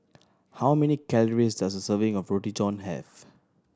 how many calories does a serving of Roti John have